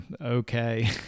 okay